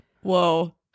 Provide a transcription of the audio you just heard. Whoa